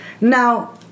Now